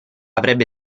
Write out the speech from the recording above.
avrebbe